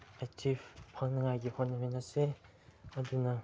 achieve ꯐꯪꯅꯉꯥꯏꯒꯤ ꯍꯣꯠꯅꯃꯤꯟꯅꯁꯦ ꯑꯗꯨꯅ